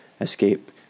escape